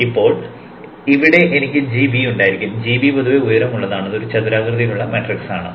ഇപ്പോൾ ഇവിടെ എനിക്ക് gB ഉണ്ടായിരിക്കും gB പൊതുവെ ഉയരമുള്ളതാണ് അതൊരു ചതുരാകൃതിയിലുള്ള മാട്രിക്സ് ആണ്